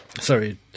Sorry